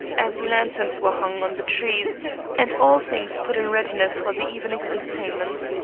as lanterns were hung on the trees and all things put in readiness for the evening's entertainment.